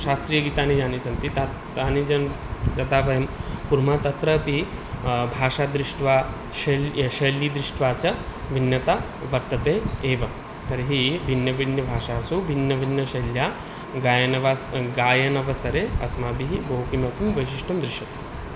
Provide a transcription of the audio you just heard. शास्त्रीयगीतानि यानि सन्ति ता तानिजन् यदा वयं कुर्मः तत्रापि भाषादृष्ट्या शैल् या शैलीदृष्ट्या च भिन्नता वर्तते एव तर्हि भिन्नभिन्नभाषासु भिन्नभिन्नशैल्यां गायनवास् गायनावसरे अस्माभिः बहुभिन्नं व् वैशिष्ट्यं दृश्यते